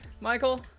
Michael